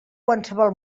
qualsevol